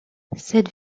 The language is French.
cette